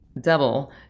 double